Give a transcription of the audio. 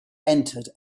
entered